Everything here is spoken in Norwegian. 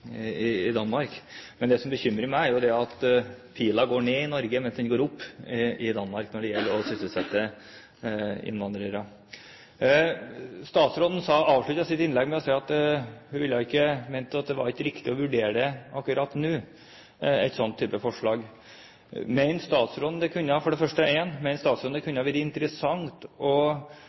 Danmark. Men det som bekymrer meg, er jo at pilen går ned i Norge, mens den går opp i Danmark når det gjelder å sysselsette innvandrere. Statsråden avsluttet sitt innlegg med å si at hun ikke mente det var riktig å vurdere et slikt forslag akkurat nå. For det første: Mener statsråden at det kunne være interessant å følge det prinsippet med en 450-timers regel, som man har gjort i Danmark, og vil hun ta det